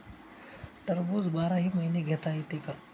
टरबूज बाराही महिने घेता येते का?